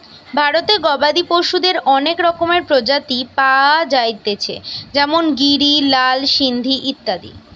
ভারতে গবাদি পশুদের অনেক রকমের প্রজাতি পায়া যাইতেছে যেমন গিরি, লাল সিন্ধি ইত্যাদি